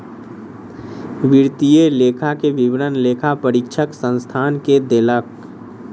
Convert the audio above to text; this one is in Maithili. वित्तीय लेखा के विवरण लेखा परीक्षक संस्थान के देलक